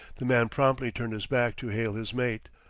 the man promptly turned his back to hail his mate.